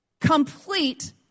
complete